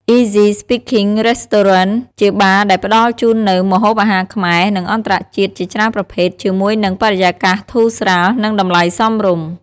Easy Speaking Restaurant ជាបារដែលផ្ដល់ជូននូវ ម្ហូបអាហារខ្មែរ និងអន្តរជាតិជាច្រើនប្រភេទ ជាមួយនឹង បរិយាកាសធូរស្រាល និងតម្លៃសមរម្យ។